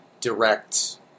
direct